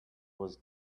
was